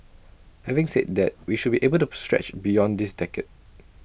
having said that we should be able to stretch beyond this decade